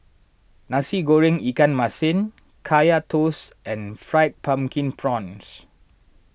Nasi Goreng Ikan Masin Kaya Toast and Fried Pumpkin Prawns